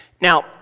Now